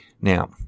Now